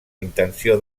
intenció